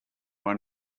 one